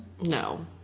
No